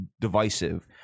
divisive